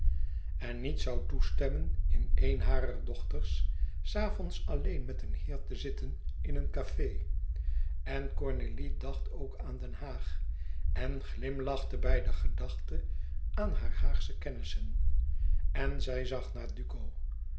en niet zoû toestemmen in een harer dochters s avonds alleen met een heer te zitten in een café en cornélie dacht ook aan den haag en glimlachte bij de gedachte aan hare haagsche kennissen en zij zag naar duco